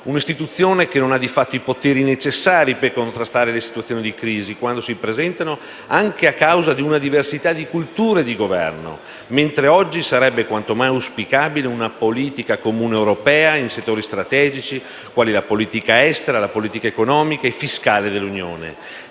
Una istituzione che non ha di fatto i poteri necessari per contrastare le situazioni di crisi quando si presentano, anche a causa di una diversità di culture di governo, mentre oggi sarebbe quanto mai auspicabile una politica comune europea in settori strategici, quali la politica estera, la politica economica e fiscale dell'Unione.